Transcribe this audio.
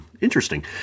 interesting